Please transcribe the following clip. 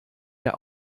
der